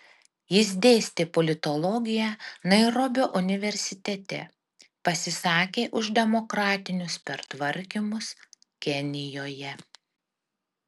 jis dėstė politologiją nairobio universitete pasisakė už demokratinius pertvarkymus kenijoje